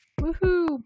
woohoo